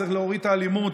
צריך להוריד את האלימות,